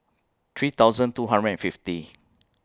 three thousand two hundred and fifty